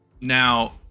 Now